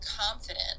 confident